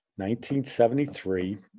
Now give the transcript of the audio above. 1973